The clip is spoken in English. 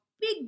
big